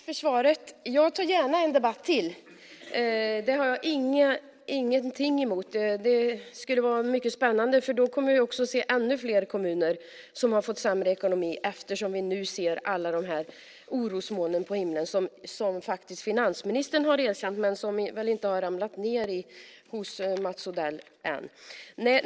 Fru talman! Jag tar gärna en debatt till. Det har jag ingenting emot. Det skulle vara mycket spännande, för då kommer vi att se att det är ännu fler kommuner som har fått sämre ekonomi. Vi ser nu alla orosmolnen på himlen som finansministern har erkänt men som inte har ramlat ned hos Mats Odell än.